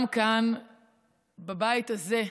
גם כאן בבית הזה,